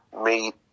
meet